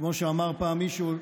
כמו שאמר פעם מישהו,